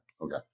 okay